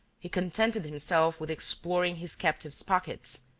he contented himself with exploring his captive's pockets,